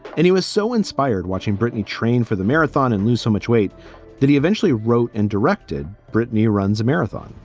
and he was so inspired watching brittany train for the marathon and lose so much weight that he eventually wrote and directed brittany runs a marathon.